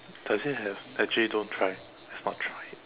does it have actually don't try let's not try it